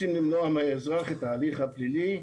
רוצים למנוע מהאזרח את ההליך הפלילי.